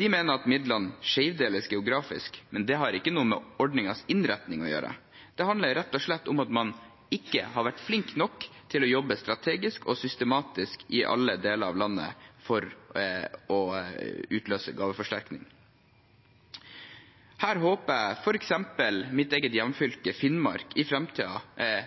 De mener at midlene skjevdeles geografisk. Det har ikke noe med ordningens innretning å gjøre, det handler rett og slett om at man ikke har vært flink nok til å jobbe strategisk og systematisk i alle deler av landet for å utløse gaveforsterkning. Her håper jeg f.eks. mitt eget hjemfylke, Finnmark, i